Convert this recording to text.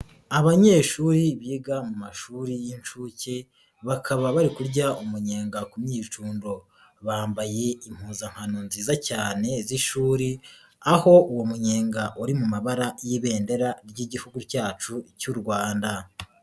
Abanyeshuri biga mu mashuri y'inshuke, bakaba bari kurya umunyenga ku myicundo, bambaye impuzankano nziza cyane z'ishuri. Aho uwo munyenga uri mu mabara y'ibendera ry'Igihugu cyacu cy'u Rwanda.